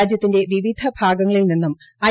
രാജ്യത്തിന്റെ വിവിധ ഭാഗങ്ങളിൽ നിന്നും ഐ